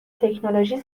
تکنولوژی